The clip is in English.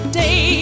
day